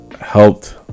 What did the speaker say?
helped